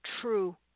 true